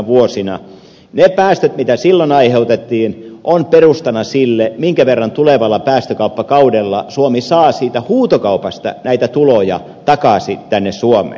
ne päästöt mitä silloin aiheutettiin ovat perustana sille minkä verran tulevalla päästökauppakaudella suomi saa siitä huutokaupasta näitä tuloja takaisin tänne suomeen